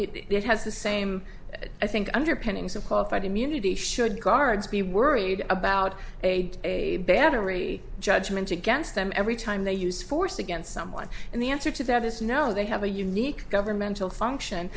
it has the same i think underpinnings of qualified immunity should guards be worried about a battery judgment against them every time they use force against someone and the answer to that is no they have a unique governmental function